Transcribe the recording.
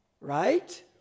Right